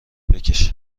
بکش